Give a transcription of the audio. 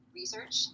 research